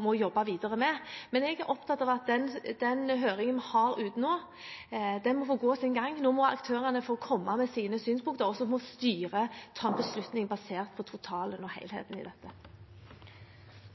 må jobbe videre med. Jeg er opptatt av at den høringen vi har ute nå, må få gå sin gang. Nå må aktørene få komme med sine synspunkter, og så må styret ta en beslutning basert på totalen og helheten i dette.